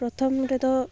ᱯᱨᱚᱛᱷᱚᱢ ᱨᱮᱫᱚ